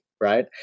right